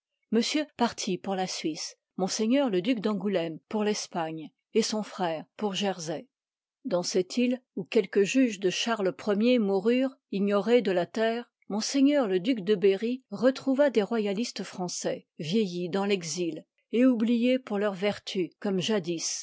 monsieur partit pour la suisse ms le duc d'angouléme pour respagrtfft et son frère pour jersey dans cette île oô quelques juges de charles i moururent ignorés de la terre m le duc de berrf retrouva des royalistes français vieillis dans pexil et oubliés pôurleur vertu comme jadi